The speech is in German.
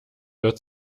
wird